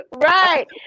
Right